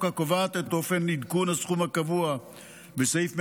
הקובעת את אופן עדכון הסכום הקבוע בסעיף 158(א)